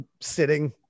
sitting